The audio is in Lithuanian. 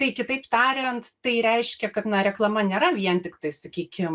tai kitaip tariant tai reiškia kad na reklama nėra vien tiktai sakykim